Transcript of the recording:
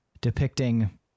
depicting